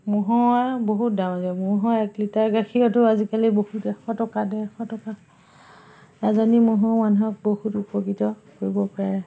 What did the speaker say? ম'হৰ বহুত দাম এতিয়া ম'হৰ এক লিটাৰ গাখীৰতো আজিকালি বহুত এশ টকা দেৰশ টকা এজনী ম'হেও মানুহক বহুত উপকৃত কৰিব পাৰে